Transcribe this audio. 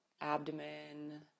abdomen